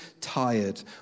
tired